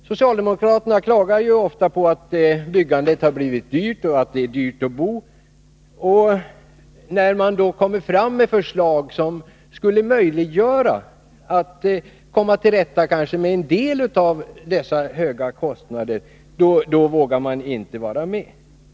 Socialdemokraterna klagar ju ofta på att byggandet har blivit dyrt och på att det är dyrt att bo. Men när man då kommer fram med förslag som skulle möjliggöra att kanske komma till rätta med en del av dessa höga kostnader, då vågar de inte vara med.